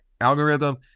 algorithm